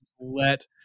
Let